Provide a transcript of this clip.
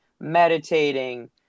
meditating